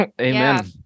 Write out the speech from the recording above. Amen